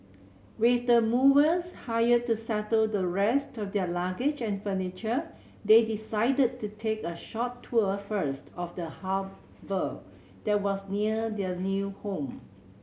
with the movers hired to settle the rest of their luggage and furniture they decided to take a short tour first of the harbour that was near their new home